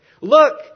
Look